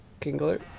Kingler